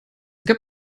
gab